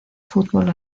fútbol